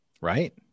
Right